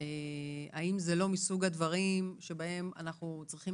האם זה לא מסוג הדברים שבהם אנחנו צריכים